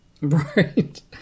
Right